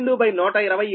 కనుక 11